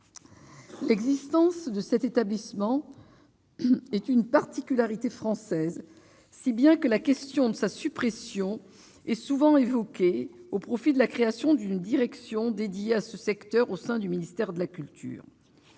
l'existence de cet établissement est une particularité française, si bien que la question de sa suppression est souvent évoquée au profit de la création d'une Direction dédié à ce secteur au sein du ministère de la culture,